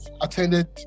attended